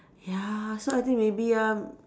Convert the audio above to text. ya so I think maybe um